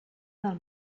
del